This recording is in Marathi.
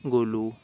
गोलू